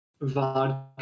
vodka